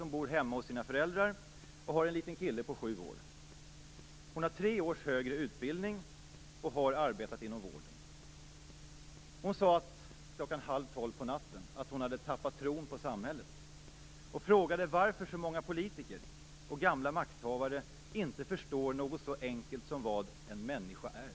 Hon bor hemma hos sina föräldrar och har en liten kille på sju år. Hon har tre års högre utbildning och har arbetat inom vården. Hon sade klockan halv tolv på natten att hon hade tappat tron på samhället. Hon frågade varför så många politiker och gamla makthavare inte förstår något så enkelt som vad en människa är.